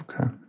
okay